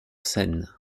seine